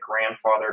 grandfather